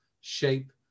shape